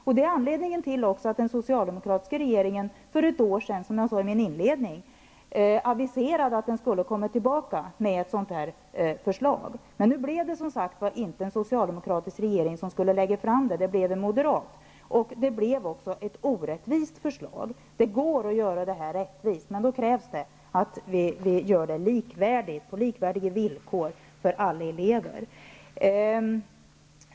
Det är också anledningen till att den socialdemokratiska regeringen för ett år sedan, som jag sade i min inledning, aviserade att den skulle komma tillbaka med ett sådant här förslag. Nu blev det inte en socialdemokratisk regering som lade fram det, utan en moderat, och det blev också ett orättvist förslag. Det går att göra det rättvist, men då krävs det att vi gör det på likvärdiga villkor för alla elever.